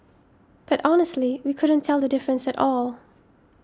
but honestly we couldn't tell the difference at all